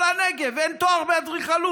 כל הנגב, אין תואר באדריכלות,